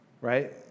right